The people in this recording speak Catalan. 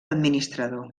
administrador